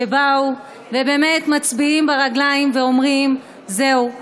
שבאו ובאמת מצביעים ברגליים ואומרים: זהו,